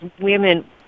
women